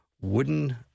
wooden